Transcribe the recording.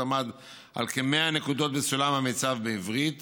היה כ-100 נקודות בסולם המיצ"ב בעברית